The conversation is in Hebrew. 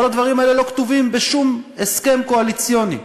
כל הדברים האלה לא כתובים בשום הסכם קואליציוני.